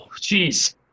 Jeez